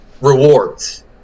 rewards